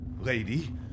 lady